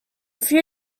few